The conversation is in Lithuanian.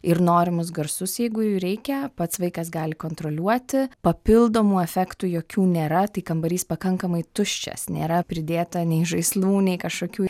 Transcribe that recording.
ir norimus garsus jeigu jų reikia pats vaikas gali kontroliuoti papildomų efektų jokių nėra tai kambarys pakankamai tuščias nėra pridėta nei žaislų nei kažkokių